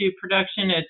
production